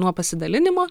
nuo pasidalinimo